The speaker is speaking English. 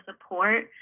support